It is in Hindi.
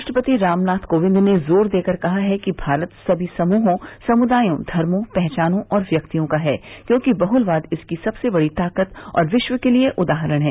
राष्ट्रपति रामनाथ कोविंद ने जोर देकर कहा है कि भारत सभी समूहों समूदायों धर्मों पहचानों और व्यक्तियों का है क्योंकि बहुलवाद इसकी सबसे बड़ी ताकत और विश्व के लिए उदाहरण है